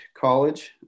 college